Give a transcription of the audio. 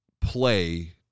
play